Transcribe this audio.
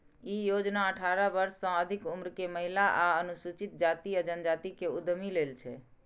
ई योजना अठारह वर्ष सं अधिक उम्र के महिला आ अनुसूचित जाति आ जनजाति के उद्यमी लेल छै